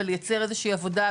זו באמת עמותה מדהימה.